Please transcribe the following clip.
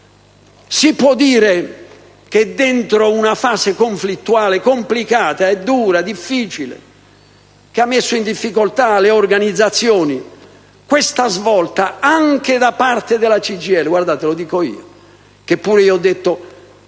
Si può dire che dentro una fase conflittuale, complicata, dura e difficile, che ha messo in difficoltà le organizzazioni, c'è stata una svolta anche da parte della CGIL e lo dico io che per lo sciopero